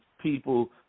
people